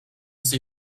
see